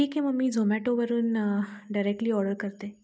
ठीक आहे मग मी झोमॅटोवरून डायरेक्टली ऑर्डर करते